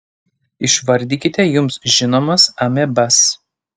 išvardykite jums žinomas amebas